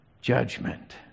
judgment